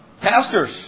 Pastors